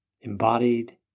embodied